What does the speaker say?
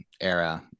era